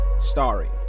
Starring